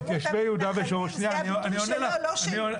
אלימות המתנחלים זה הביטוי שלו, לא שלי.